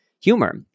humor